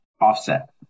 Offset